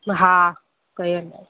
हा कयल आहे